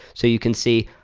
so you can see,